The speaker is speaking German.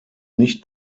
nicht